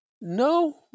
No